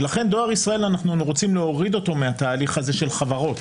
ולכן אנחנו רוצים להוריד את דואר ישראל מהתהליך הזה של חברות